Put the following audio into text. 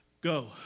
go